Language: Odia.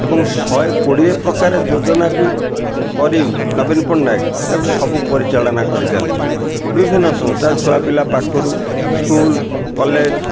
ଏବଂ ଶହେ କୋଡ଼ିଏ ପ୍ରକାର ଯୋଜନାକୁ କରି ନବୀନ ପଟ୍ଟନାୟକ ତାକୁ ସବୁ ପରିଚାଳନା କରି ଚାଲିଛନ୍ତି ବିଭିନ୍ନ ସଂସ୍ଥା ଛୁଆପିଲା ପାଖୁରୁ ସ୍କୁଲ କଲେଜ